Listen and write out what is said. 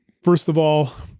first of all,